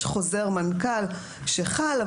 יש חוזר מנכ"ל שחל,